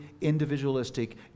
individualistic